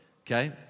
okay